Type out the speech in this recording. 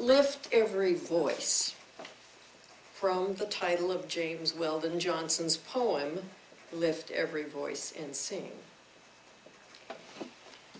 lift every voice from the title of james weldon johnson's poem lift ev'ry voice and sing